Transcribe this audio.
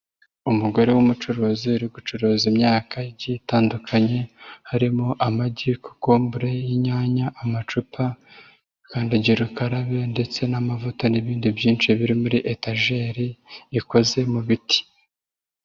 Umugore w'umucuruzi uri gucuruza imyaka igiye itandukanye, harimo: amagi, kokombure, inyanya, amacupa, kandagira ukarabe ndetse n'amavuta n'ibindi byinshi biri muri etejeri ikoze mu biti.